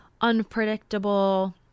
unpredictable